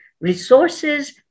resources